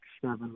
seven